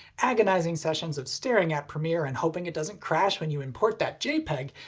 agonizing sessions of staring at premiere and hoping it doesn't crash when you import that jpeg,